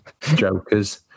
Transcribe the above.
Jokers